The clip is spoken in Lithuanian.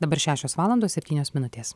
dabar šešios valandos septynios minutės